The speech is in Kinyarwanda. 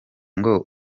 ngo